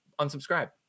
unsubscribe